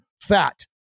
fat